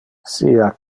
sia